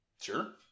sure